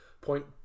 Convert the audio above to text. Point